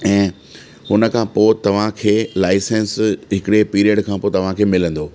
ऐं हुन खां पोइ तव्हांखे लाईसंस हिकिड़े पीरियड खां पोइ तव्हांखे मिलंदो